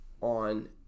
on